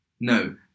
no